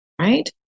right